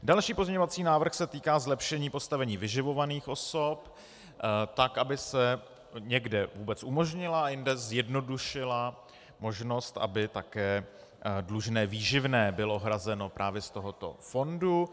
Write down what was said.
Další pozměňovací návrh se týká zlepšení postavení vyživovaných osob tak, aby se někde vůbec umožnila, jinde zjednodušila možnost, aby také dlužné výživné bylo hrazeno právě z tohoto fondu.